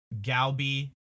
Galbi